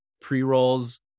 pre-rolls